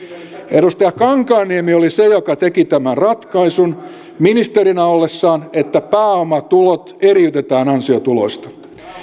edustaja kankaanniemi oli se joka teki tämän ratkaisun ministerinä ollessaan että pääomatulot eriytetään ansiotuloista